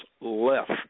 left